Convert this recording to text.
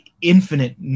infinite